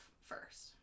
first